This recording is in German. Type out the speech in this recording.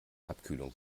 abkühlung